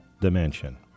dimension